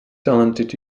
talented